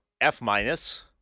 F-minus